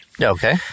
Okay